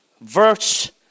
verse